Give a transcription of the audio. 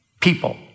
people